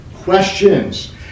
questions